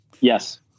Yes